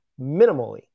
minimally